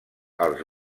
els